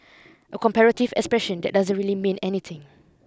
a comparative expression that doesn't really mean anything